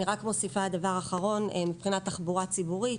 אני מוסיפה דבר אחרון, מבחינת תחבורה ציבורית